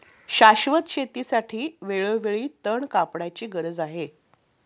शाश्वत शेतीसाठी वेळोवेळी तण कापण्याची गरज आहे